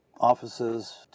offices